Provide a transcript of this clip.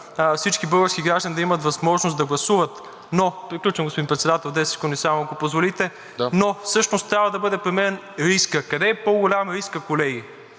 всички български граждани да имат възможност да гласуват, но… Приключвам, господин Председател, две секунди само, ако позволите. Но всъщност трябва да бъде премерен рискът. Къде е по-голям рискът, колеги?